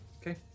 Okay